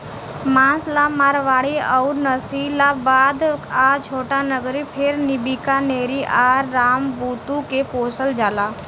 मांस ला मारवाड़ी अउर नालीशबाबाद आ छोटानगरी फेर बीकानेरी आ रामबुतु के पोसल जाला